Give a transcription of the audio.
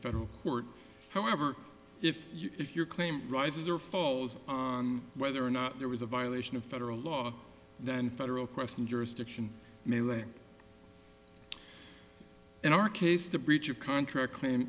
federal court however if you if your claim rises or falls on whether or not there was a violation of federal law then federal question jurisdiction may lack in our case the breach of contract claim